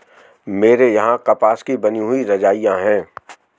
मेरे यहां कपास की बनी हुई रजाइयां है